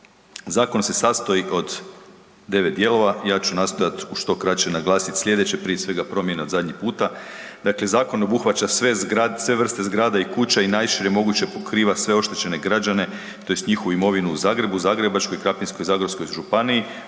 Zakon se sastoji od devet dijelova i ja ću nastojati u što kraće naglasiti sljedeće, prije svega promjena od zadnji puta, dakle zakon obuhvaća sve vrsta zgrada i kuća i najšire moguće pokriva sve oštećene građane tj. njihovu imovinu u Zagrebu, Zagrebačkoj i Krapinsko-zagorskoj županiji